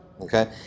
Okay